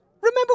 Remember